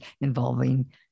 involving